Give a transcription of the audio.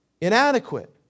inadequate